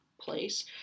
place